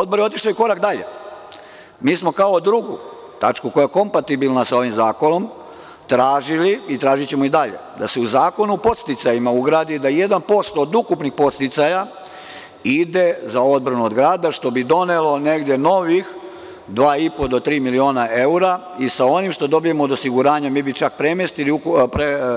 Odbor je otišao i korak dalje, kao drugi tačku, koja je kompatibilna sa ovim zakonom, tražili smo, tražićemo i dalje, da se u Zakon o podsticajima ugradi da 1% od ukupnih podsticaja ide za odbranu od grada, što bi donelo negde novih dva i po do tri miliona evra i sa onim što dobijemo od osiguranja čak bi